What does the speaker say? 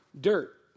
dirt